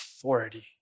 authority